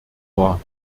war